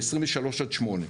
ב-2023 עד 2028,